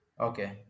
Okay